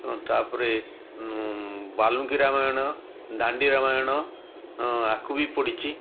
ଏବଂ ତା'ପରେ ବାଲୁଙ୍କି ରାମାୟଣ ଦାଣ୍ଡି ରାମାୟଣ ଆକୁ ବି ପଢ଼ିଛି